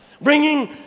Bringing